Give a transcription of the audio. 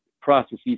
processes